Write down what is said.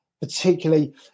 particularly